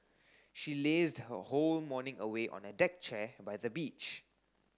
she lazed her whole morning away on a deck chair by the beach